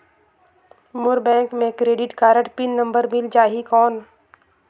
मोर bank मे credit card pin number मिल जाहि कौन?